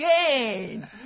again